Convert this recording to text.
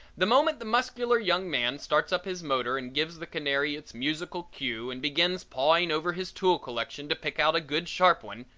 the moment the muscular young man starts up his motor and gives the canary its music cue and begins pawing over his tool collection to pick out a good sharp one,